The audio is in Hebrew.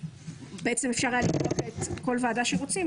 אפשר היה לקבוע כל ועדה שרוצים,